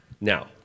Now